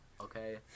Okay